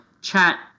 chat